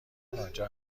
آنجا